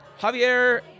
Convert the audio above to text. Javier